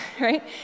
right